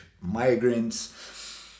migrants